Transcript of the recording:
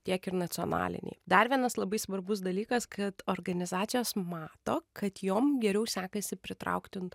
tiek ir nacionalinėj dar vienas labai svarbus dalykas kad organizacijos mato kad jom geriau sekasi pritraukti